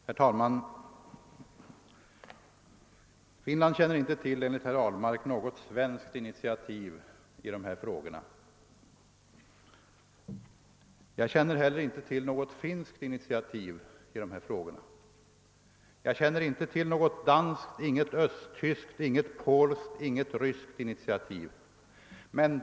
Herr talman! Finland känner enligt herr Ahlmark inte till något svenskt initiativ i dessa frågor. Jag känner inte till något finskt initiativ, inte heller något danskt, något östtyskt, något polskt eller något ryskt initiativ.